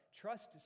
Trust